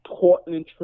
Portland